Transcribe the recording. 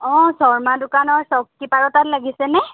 অ শৰ্মা দোকানৰ চকীদাৰৰ তাত লাগিছেনে